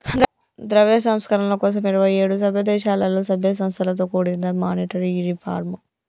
ద్రవ్య సంస్కరణల కోసం ఇరవై ఏడు సభ్యదేశాలలో, సభ్య సంస్థలతో కూడినదే మానిటరీ రిఫార్మ్